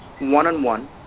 one-on-one